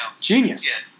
Genius